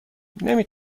نمی